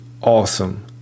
awesome